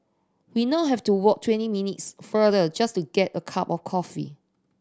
we now have to walk twenty minutes farther just to get a cup of coffee